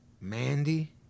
Mandy